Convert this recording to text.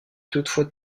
toutefois